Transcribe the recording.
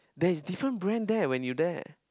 there's different brand there when you there